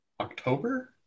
October